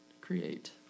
create